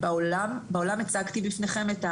בעולם הצגתי בפניכם,